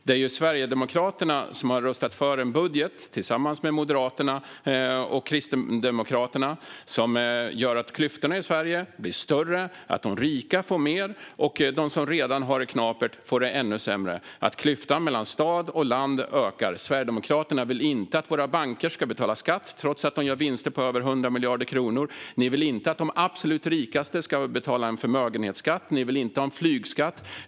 Det är Sverigedemokraterna som, tillsammans med Moderaterna och Kristdemokraterna, har röstat för en budget som leder till att klyftorna i Sverige blir större, de rika får mer, de som redan har det knapert får det ännu sämre och klyftan mellan stad och land ökar. Sverigedemokraterna vill inte att våra banker ska betala skatt, trots att de gör vinster på över 100 miljarder kronor. Ni vill inte att de absolut rikaste ska betala förmögenhetsskatt. Ni vill inte ha en flygskatt.